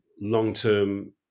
long-term